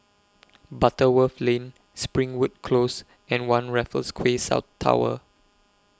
Butterworth Lane Springwood Close and one Raffles Quay South Tower